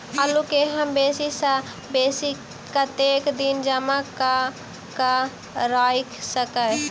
आलु केँ हम बेसी सऽ बेसी कतेक दिन जमा कऽ क राइख सकय